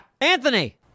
Anthony